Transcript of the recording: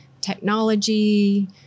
technology